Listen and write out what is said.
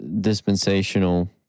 dispensational